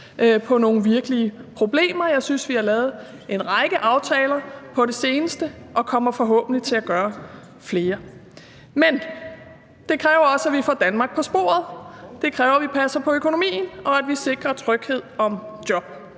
på nogle virkelige problemer. Jeg synes, vi har lavet en række aftaler på det seneste, og vi kommer forhåbentlig til at lave flere. Men det kræver også, at vi får Danmark på sporet. Det kræver, at vi passer på økonomien, og at vi sikrer tryghed om job.